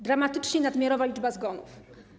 Dramatycznie nadmiarowa liczba zgonów.